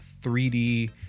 3D